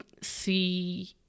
see